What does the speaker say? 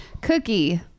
Cookie